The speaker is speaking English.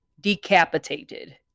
decapitated